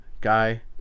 guy